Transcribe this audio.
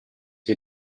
che